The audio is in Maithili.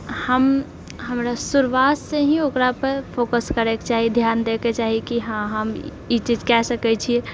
हम हमरा शुरुआत से ही ओकरा पर फोकस करै कऽ चाही ध्यान दएके चाही कि हँ हम ई चीज कए सकैत छिऐ